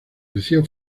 creció